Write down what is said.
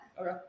Okay